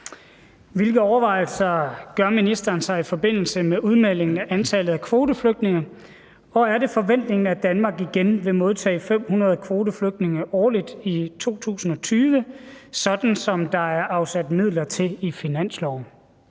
Hvilke overvejelser gør ministeren sig i forbindelse med udmeldingen af antallet af kvoteflygtninge, og er det forventningen, at Danmark igen vil modtage 500 kvoteflygtninge årligt i 2020, sådan som der er afsat midler til i finansloven?